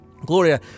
Gloria